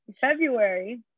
February